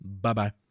Bye-bye